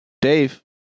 dave